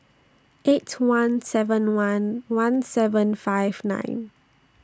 eight one seven one one seven five nine